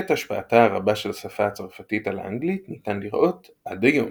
את השפעתה הרבה של השפה הצרפתית על האנגלית ניתן לראות עד היום.